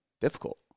difficult